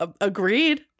Agreed